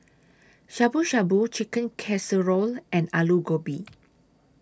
Shabu Shabu Chicken Casserole and Alu Gobi